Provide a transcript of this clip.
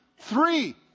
Three